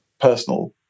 personal